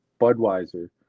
Budweiser